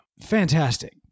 fantastic